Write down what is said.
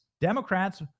Democrats